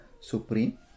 supreme